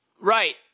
Right